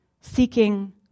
seeking